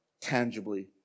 tangibly